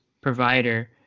provider